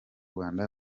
rwanda